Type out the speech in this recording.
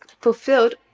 fulfilled